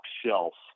shelf